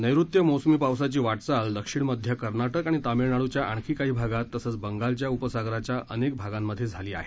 नैऋत्य मोसमी पावसाची वाटचाल दक्षिण मध्य कर्नाटक आणि तामिळनाडुच्या आणखी काही भागात तसच बंगालच्या उपसागराच्या अनेक भागांमधे झाली आहे